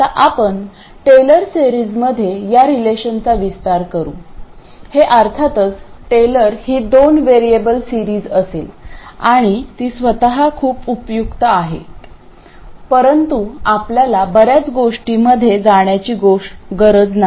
आता आपण टेलर सिरीजमध्ये या रेलेशनचा विस्तार करू हे अर्थातच टेलर ही दोन वेरीअबल सिरीज असेल आणि ती स्वत खूप उपयुक्त आहेत परंतु आपल्याला बर्याच गोष्टींमध्ये जाण्याची गरज नाही